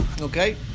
okay